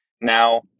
Now